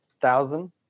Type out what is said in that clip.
thousand